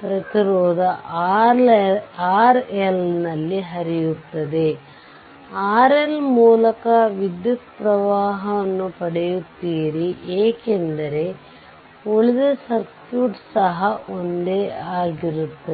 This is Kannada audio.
ಪ್ರತಿರೋಧ RL ನಲ್ಲಿ ಹರಿಯುತ್ತದೆ RL ಮೂಲಕ ವಿದ್ಯುತ್ ಪ್ರವಾಹವನ್ನು ಪಡೆಯುತ್ತೀರಿ ಏಕೆಂದರೆ ಉಳಿದ ಸರ್ಕ್ಯೂಟ್ ಸಹ ಒಂದೇ ಆಗಿರುತ್ತದೆ